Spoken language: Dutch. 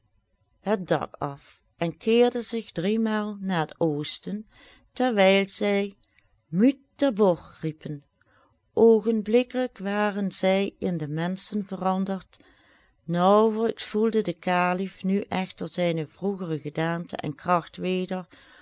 het dak af en keerden zich driemaal naar het oosten terwijl zij mutabor riepen oogenblikkelijk waren zij in menschen veranderd naauwelijks voelde de kalif nu echter zijne vroegere gedaante en kracht weder